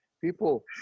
people